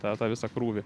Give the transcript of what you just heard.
tą tą visą krūvį